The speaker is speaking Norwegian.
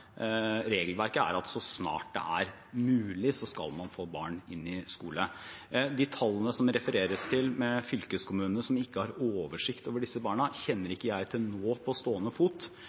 regelverket sier at så snart det er mulig, skal man få barna inn i skolen. De tallene som det refereres til med fylkeskommunene som ikke har oversikt over disse barna, kjenner ikke jeg til på stående fot,